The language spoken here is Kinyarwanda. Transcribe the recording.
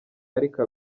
ariko